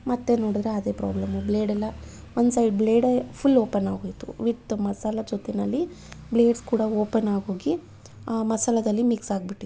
ಮತ್ತೆ ನೋಡಿದ್ರೆ ಅದೇ ಪ್ರಾಬ್ಲೆಮು ಬ್ಲೇಡೆಲ್ಲ ಒಂದು ಸೈಡ್ ಬ್ಲೇಡೆ ಫುಲ್ ಓಪನ್ ಆಗೋಯ್ತು ವಿಥ್ ಮಸಾಲೆ ಜೊತೆಯಲ್ಲಿ ಬ್ಲೇಡ್ಸ್ ಕೂಡ ಓಪನ್ ಆಗೋಗಿ ಆ ಮಸಾಲದಲ್ಲಿ ಮಿಕ್ಸ್ ಆಗಿಬಿಟ್ಟಿತ್ತು